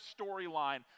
storyline